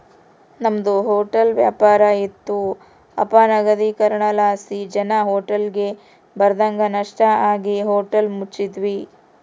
ನಮ್ದು ಹೊಟ್ಲ ವ್ಯಾಪಾರ ಇತ್ತು ಅಪನಗದೀಕರಣಲಾಸಿ ಜನ ಹೋಟ್ಲಿಗ್ ಬರದಂಗ ನಷ್ಟ ಆಗಿ ಹೋಟ್ಲ ಮುಚ್ಚಿದ್ವಿ